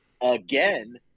again